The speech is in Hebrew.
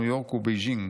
ניו יורק ובייג'ינג.